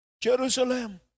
Jerusalem